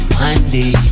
Monday